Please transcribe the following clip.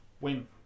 win